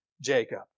Jacob